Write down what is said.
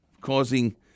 Causing